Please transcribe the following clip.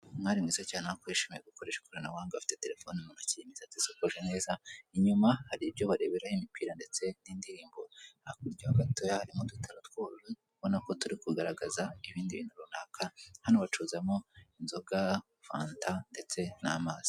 Umwari mwiza cyane ubona ko yishimiye gukoresha ikoranabuhanga, afite terefone mu ntoki, imisatsi isokoje neza, inyuma hari ibyo bareberaho imipira ndetse n'indirimbo, hakurya gatoya harimo udutara tw'ubururu ubona ko turi kugaragaza ibindi bintu runaka, hano bacururizamo inzoga, fanta ndetse n'amazi.